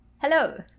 Hello